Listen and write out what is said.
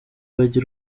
bajya